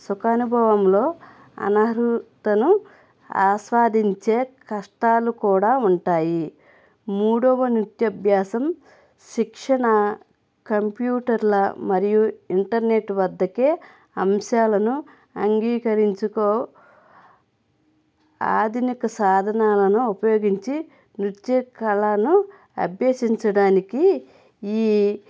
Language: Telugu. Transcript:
సుఖ అనుభవంలో అనర్హతను ఆస్వాదించే కష్టాలు కూడా ఉంటాయి మూడవ నృత్యభ్యాసం శిక్షణ కంప్యూటర్ల మరియు ఇంటర్నెట్ వద్దకే అంశాలను అంగీకరించుకో ఆధునిక సాధనాలను ఉపయోగించి నృత్య కళను అభ్యసించడానికి ఈ